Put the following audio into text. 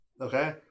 okay